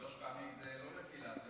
שלוש פעמים זה לא נפילה.